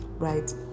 Right